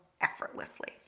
effortlessly